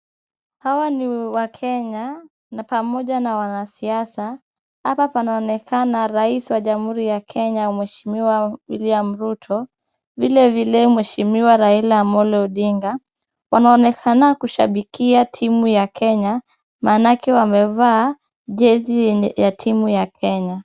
Hawa ni wakenya na pamoja na wanasiasa. Hapa panaonekana rais wa jamhuri ya Kenya mheshimiwa William Ruto, vilevile mheshimiwa Raila Amolo Odinga. Wanaonekana kushabikia timu ya Kenya, maanake wamevaa jezi yenye, ya timu ya Kenya.